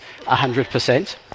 100%